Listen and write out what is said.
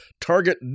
target